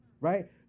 right